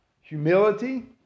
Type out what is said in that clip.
humility